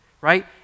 right